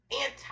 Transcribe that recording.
anti